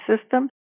system